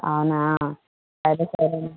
అవునా సరే సరే